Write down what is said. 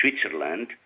Switzerland